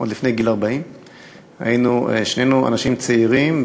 עוד לפני גיל 40. היינו שנינו אנשים צעירים,